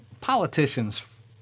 politicians